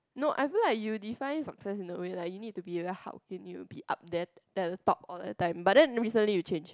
no I feel like you define success in the way like you need to be very hard working you will be up there at the top all the time but then recently you change